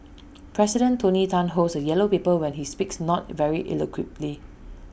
president tony Tan holds A yellow paper when he speaks not very eloquently